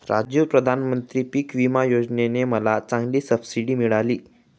राजू प्रधानमंत्री पिक विमा योजने ने मला चांगली सबसिडी मिळाली